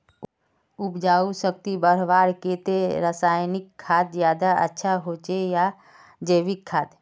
उपजाऊ शक्ति बढ़वार केते रासायनिक खाद ज्यादा अच्छा होचे या जैविक खाद?